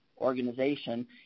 Organization